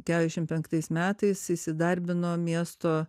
kešim penktais metais įsidarbino miesto